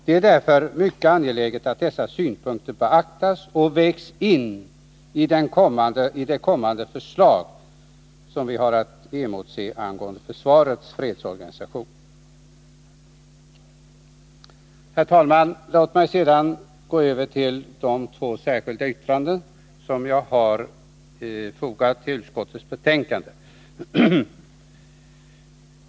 Det är därför mycket angeläget att dessa synpunkter beaktas och vägs in i det förslag som vi har att emotse angående försvarets fredsorganisation. Herr talman! Låt mig sedan gå över till att kommentera de två särskilda yttranden som jag har fogat till utskottets betänkande.